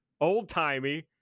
old-timey